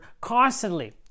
constantly